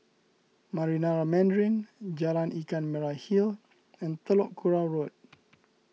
Marina Mandarin Jalan Ikan Merah Hill and Telok Kurau Road